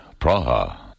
Praha